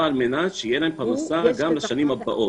על מנת שתהיה להם פרנסה גם לשנים הבאות,